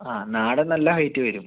ആ നാടൻ നല്ല ഹൈറ്റ് വരും